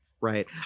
right